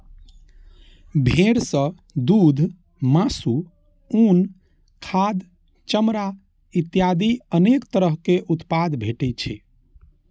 भेड़ सं दूघ, मासु, उन, खाद, चमड़ा इत्यादि अनेक तरह उत्पाद भेटै छै